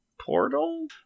portal